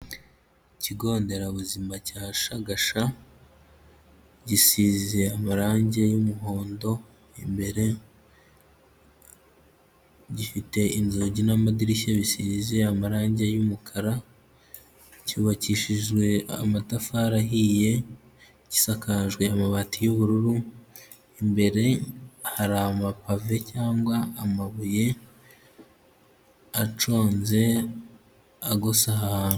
Ikigo nderabuzima cya Shagasha, gisize amarange y'umuhondo imbere, gifite inzugi n'amadirishya bisize amarange y'umukara, cyubakishijwe amatafari ahiye, gisakajwe amabati y'ubururu, imbere hari amapave cyangwa amabuye aconze agose ahantu.